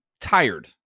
tired